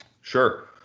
Sure